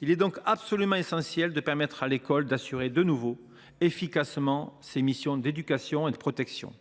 Il est donc absolument essentiel de permettre à l’école d’assurer de nouveau efficacement ses missions d’éducation et de protection.